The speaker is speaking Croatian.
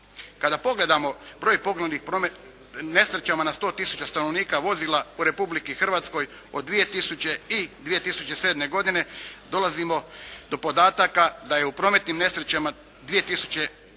Kada pogledamo broj poginulih, nesrećama na 100 tisuća stanovnika vozila u Republici Hrvatskoj od 2000. i 2007. godine dolazimo do podataka da je u prometnim nesrećama 2000.